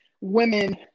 women